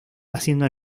haciendo